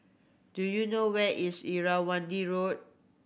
do you know where is Irrawaddy Road